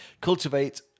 cultivate